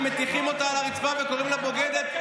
מטיחים אותה על הרצפה וקוראים לה "בוגדת",